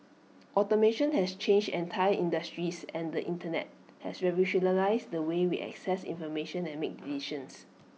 automation has changed entire industries and the Internet has revolutionised the way we access information and make decisions